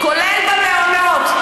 כולל במעונות.